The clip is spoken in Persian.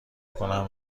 کنم